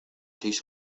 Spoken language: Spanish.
seis